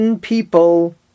people